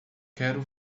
quero